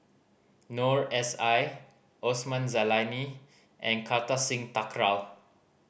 Noor S I Osman Zailani and Kartar Singh Thakral